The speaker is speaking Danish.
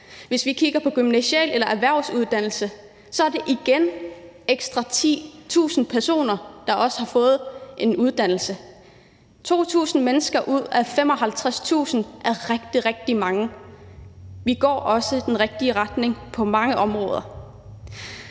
Hvis vi kigger på gymnasiale uddannelser eller erhvervsuddannelser, ser vi, at det igen er ekstra 1.000 personer, der også har fået en uddannelse. 2.000 mennesker ud af 55.000 mennesker er rigtig, rigtig mange, og vi går også i den rigtige retning på mange områder.